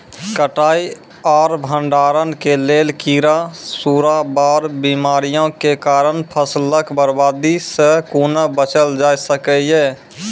कटाई आर भंडारण के लेल कीड़ा, सूड़ा आर बीमारियों के कारण फसलक बर्बादी सॅ कूना बचेल जाय सकै ये?